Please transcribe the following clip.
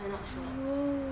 I'm not sure